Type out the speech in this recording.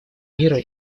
мира